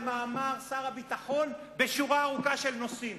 ומה אמר שר הביטחון בשורה ארוכה של נושאים.